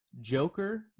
Joker